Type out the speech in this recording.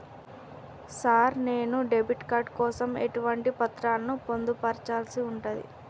Sir నేను debit card కోసం ఎటువంటి పత్రాలను పొందుపర్చాల్సి ఉంటది?